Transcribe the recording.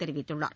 தெரிவித்துள்ளார்